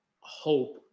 hope